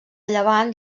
llevant